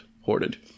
hoarded